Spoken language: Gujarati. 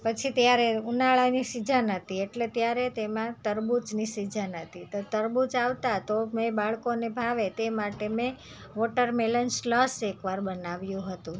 પછી ત્યારે ઉનાળાની સીજન હતી એટલે ત્યારે તેમાં તરબૂચની સીજન હતી તો તરબૂચ આવતાં તો મેં બાળકોને ભાવે તે માટે મેં વોટરમેલન સ્લસ એક વાર બનાવ્યો હતો